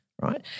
right